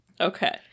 Okay